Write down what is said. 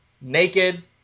naked